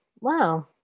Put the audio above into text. Wow